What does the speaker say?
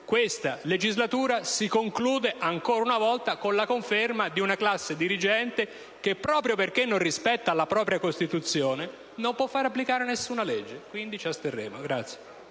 Questa legislatura si conclude ancora una volta con la conferma di una classe dirigente che, proprio perché non rispetta la propria Costituzione, non può far applicare nessuna legge. Quindi ci asterremo.